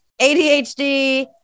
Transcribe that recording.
ADHD